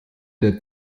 der